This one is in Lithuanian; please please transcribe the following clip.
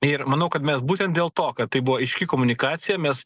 ir manau kad mes būtent dėl to kad tai buvo aiški komunikacija mes